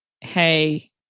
hey